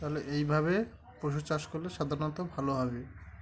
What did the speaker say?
তাহলে এইভাবে পশু চাষ করলে সাধারণত ভালো হবে